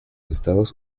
estados